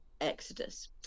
exodus